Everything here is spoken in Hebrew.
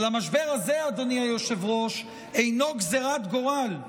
אבל המשבר הזה, אדוני היושב-ראש, אינו גזרת גורל.